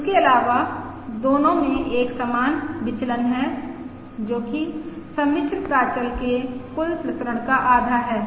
इसके अलावा दोनों में एक समान विचलन है जो कि सम्मिश्र प्राचल के कुल प्रसरण का आधा है